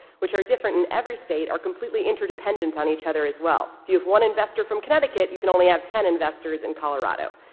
which are different in every state, are completely interdependent on each other as well. you have one investor from connecticut, you can only have ten investors in colorado.